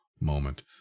moment